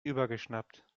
übergeschnappt